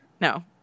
No